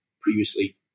previously